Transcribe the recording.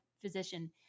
physician